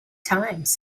times